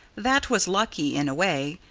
that was lucky, in a way,